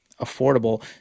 affordable